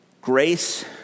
grace